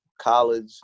college